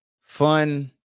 fun